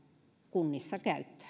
kunnissa